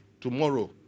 tomorrow